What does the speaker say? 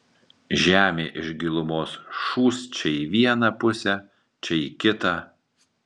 žemė iš gilumos šūst čia į vieną pusę čia į kitą